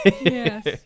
Yes